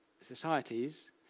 societies